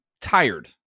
tired